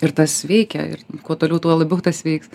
ir tas veikia ir kuo toliau tuo labiau tas veiks